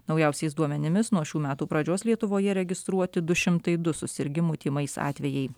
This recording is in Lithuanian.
naujausiais duomenimis nuo šių metų pradžios lietuvoje registruoti du šimtai du susirgimų tymais atvejai